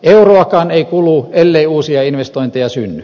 euroakaan ei kulu ellei uusia investointeja synny